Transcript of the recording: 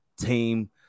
team